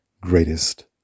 greatest